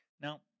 Now